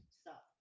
Stop